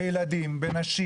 בנשים,